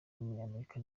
w’umunyamerika